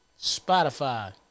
Spotify